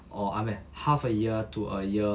or I mean half a year to a year